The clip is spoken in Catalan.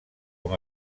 com